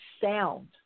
sound